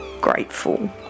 grateful